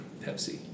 Pepsi